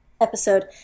Episode